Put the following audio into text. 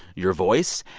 your voice.